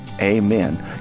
amen